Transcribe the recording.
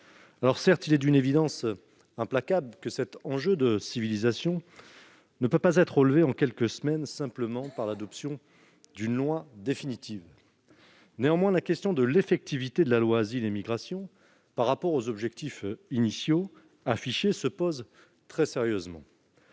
oui ! Certes, il est d'une évidence implacable que ce défi de civilisation ne peut pas être relevé en quelques semaines, simplement par l'adoption d'une loi. Néanmoins, la question de l'effectivité de la loi Asile et immigration par rapport aux objectifs initiaux affichés se pose très sérieusement.